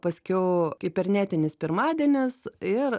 paskiau kibernetinis pirmadienis ir